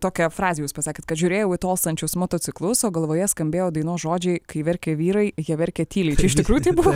tokia frazė jūs pasakėt kad žiūrėjau į tolstančius motociklus o galvoje skambėjo dainos žodžiai kai verkia vyrai jie verkia tyliai čia iš tikrųjų taip buvo